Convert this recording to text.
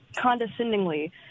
condescendingly